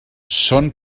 són